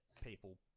people